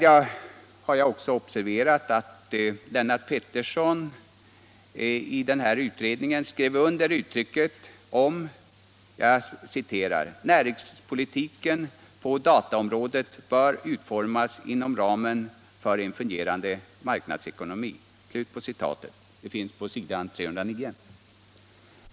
Jag har också observerat att Lennart Pettersson i den här utredningen skrev under på att näringspolitiken på dataområdet ”bör utformas inom ramen för en fungerande marknadsekonomi” — det står på s. 309.